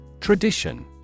Tradition